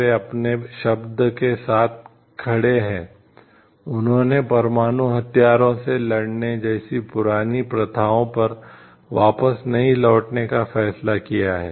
वे अपने शब्द के साथ खड़े हैं उन्होंने परमाणु हथियारों से लड़ने जैसी पुरानी प्रथाओं पर वापस नहीं लौटने का फैसला किया है